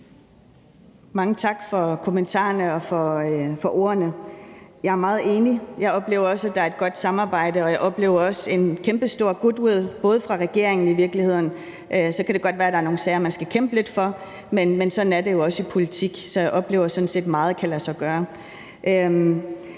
(IA): Tak for kommentarerne og for ordene. Jeg er meget enig. Jeg oplever også, at der er et godt samarbejde og en kæmpestor goodwill fra regeringen. Så kan det godt være, at der er nogle sager, man skal kæmpe lidt for, men sådan er det jo i politik, så jeg oplever sådan set, at meget kan lade sig gøre.